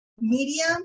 medium